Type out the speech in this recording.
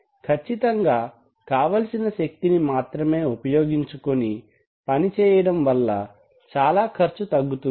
ఖచ్చితంగా కావలసిన శక్తిని మాత్రమే ఉపయోగించుకొని పని చేయడం వల్ల చాలా ఖర్చు తగ్గుతుంది